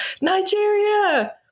Nigeria